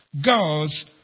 God's